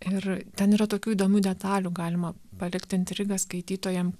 ir ten yra tokių įdomių detalių galima palikt intrigą skaitytojam